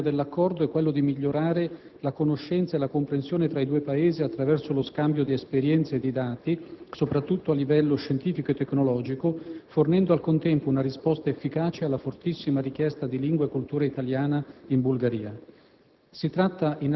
Lo scopo primario dell’Accordo e quello di migliorare la conoscenza e la comprensione tra i due Paesi attraverso lo scambio di esperienze e di dati, soprattutto a livello scientifico e tecnologico, fornendo, al contempo, una risposta efficace alla fortissima richiesta di lingua e cultura italiana in Bulgaria.